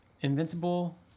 Invincible